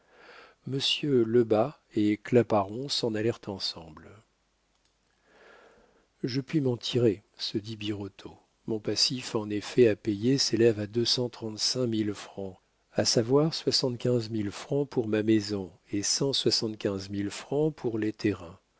monsieur lebas et claparon s'en allèrent ensemble je puis m'en tirer se dit birotteau mon passif en effets à payer s'élève à deux cent trente-cinq mille francs à savoir soixante-quinze mille francs pour ma maison et cent soixante-quinze mille francs pour les terrains